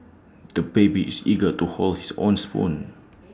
the baby is eager to hold his own spoon